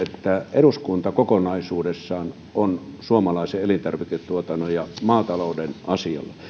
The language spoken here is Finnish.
eduskunta kokonaisuudessaan on suomalaisen elintarviketuotannon ja maatalouden asialla ja